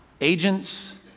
agents